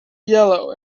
yellow